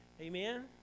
Amen